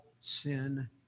sin